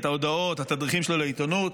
את ההודעות, את התדריכים שלו לעיתונות.